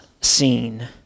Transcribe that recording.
seen